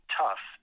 tough